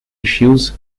issues